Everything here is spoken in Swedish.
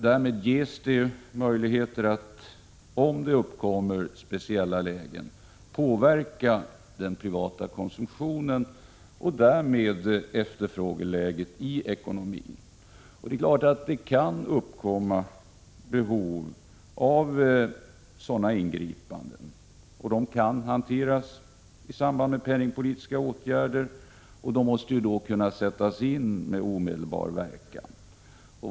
Därmed ges möjligheter att, om det uppkommer speciella lägen, påverka den privata konsumtionen och därigenom efterfrågeläget i ekonomin. Det kan uppstå behov av sådana ingripanden, och de kan hanteras i samband med penningpolitiska åtgärder och måste då kunna sättas in med omedelbar verkan.